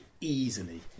Easily